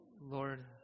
Lord